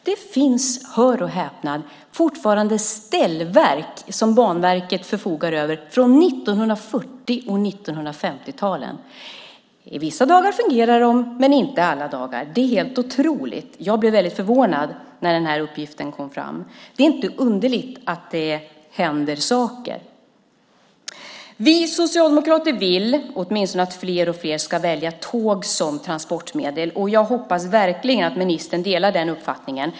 Det finns, hör och häpna, fortfarande ställverk som Banverket förfogar över, från 1940 och 1950-talen. Vissa dagar fungerar de, men inte alla dagar. Det är helt otroligt. Jag blev väldigt förvånad när den här uppgiften kom fram. Det är inte underligt att det händer saker! Vi socialdemokrater vill åtminstone att fler och fler ska välja tåg som transportmedel, och jag hoppas verkligen att ministern delar den uppfattningen.